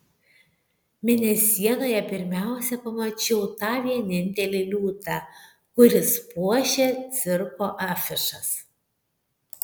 mėnesienoje pirmiausia pamačiau tą vienintelį liūtą kuris puošia cirko afišas